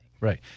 Right